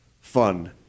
fun